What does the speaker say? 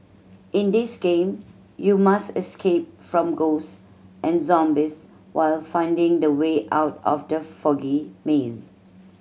in this game you must escape from ghosts and zombies while finding the way out of the foggy maze